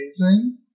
amazing